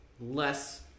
less